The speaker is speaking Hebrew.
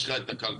יש לך את הכלכלה,